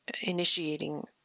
initiating